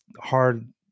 hard